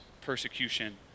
persecution